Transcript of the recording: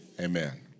Amen